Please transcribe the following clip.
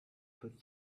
put